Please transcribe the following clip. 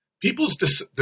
People's